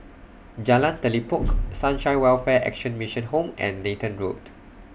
Jalan Telipok Sunshine Welfare Action Mission Home and Nathan Road